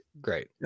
great